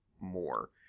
more